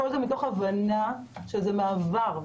הכול מתוך הבנה שזה מעבר,